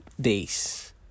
days